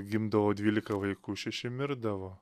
gimdavo dvylika vaikų šeši mirdavo